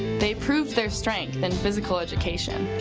they proved their strength in physical education.